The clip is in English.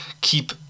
keep